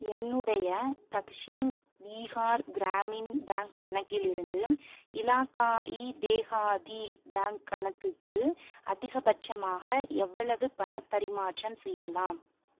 என்னுடைய தக்ஷின் பீகார் கிராமின் பேங்க் கணக்கிலிருந்து இலாகாயி தேஹாதி பேங்க் கணக்குக்கு அதிகபட்சமாக எவ்வளவு பணப் பரிமாற்றம் செய்யலாம்